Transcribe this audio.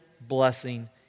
blessing